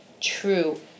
true